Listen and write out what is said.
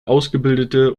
ausgebildete